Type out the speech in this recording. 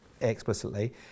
explicitly